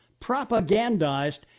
propagandized